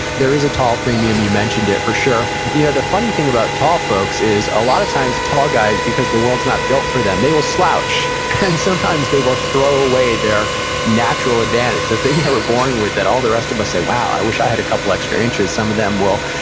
there is a tall premium you mentioned it for sure. you know the the funny thing about tall folks is, a lot of times, tall guys, because the world's not built for them, they will slouch. and sometimes, they will throw away their natural advantage. that thing they were born with, that all the rest of us say, wow, i wish i had a couple extra inches. some of them will,